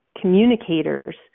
communicators